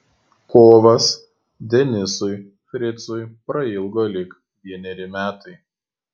kovas denisui fricui prailgo lyg vieneri metai